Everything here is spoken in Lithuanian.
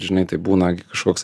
žinai tai būna gi kažkoks